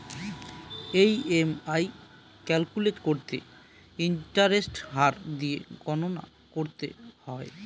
EMI calculate করতে ইন্টারেস্টের হার দিয়ে গণনা করতে হয়